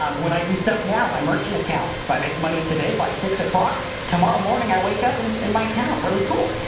um when i do stuff now, my merchant account, if i make money today, by six o'clock, tomorrow morning i wake up and it's in my account, really cool,